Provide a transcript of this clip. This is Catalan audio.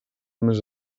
més